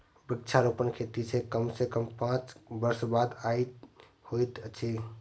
वृक्षारोपण खेती मे कम सॅ कम पांच वर्ष बादे आय होइत अछि